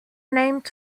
named